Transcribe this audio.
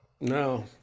no